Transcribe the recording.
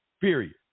Period